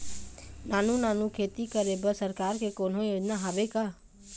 नानू नानू खेती करे बर सरकार के कोन्हो योजना हावे का?